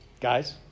Guys